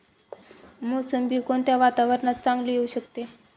मोसंबी कोणत्या वातावरणात चांगली येऊ शकते?